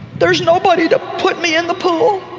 there's nobody to put me in the pool,